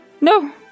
no